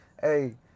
Hey